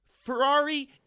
Ferrari